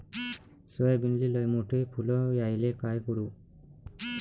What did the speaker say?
सोयाबीनले लयमोठे फुल यायले काय करू?